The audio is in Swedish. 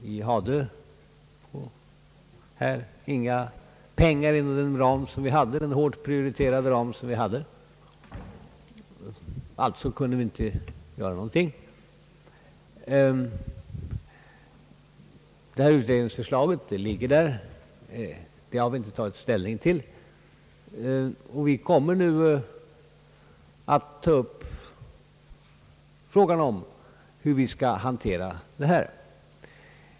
Vi hade inga pengar inom den snävt tilltagna ram som gällde, alltså kunde vi inte göra någonting. Vi har inte tagit ställning till utredningsförslaget, och vi kommer nu att ta upp frågan om hur vi skall gå till väga.